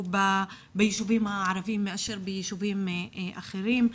ביישובים הערביים מאשר ביישובים אחרים,